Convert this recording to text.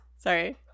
Sorry